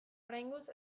oraingoz